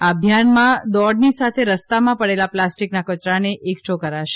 આ અભિયાનમાં દોડની સાથે રસ્તામાં પડેલા પ્લાસ્ટિકના કચરાને એકઠો કરાશે